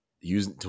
use